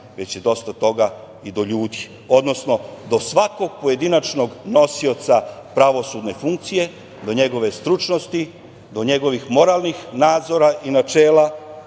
već je dosta toga i do ljudi, odnosno do svakog pojedinačnog nosioca pravosudne funkcije, do njegove stručnosti, do njegovih moralnih nadzora i načela